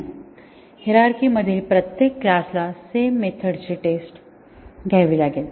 नाही हिरारची मधील प्रत्येक क्लास ला सेम मेथड्स ची टेस्ट घ्यावी लागेल